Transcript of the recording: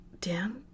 Dan